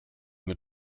mit